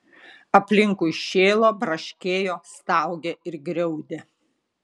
aplinkui šėlo braškėjo staugė ir griaudė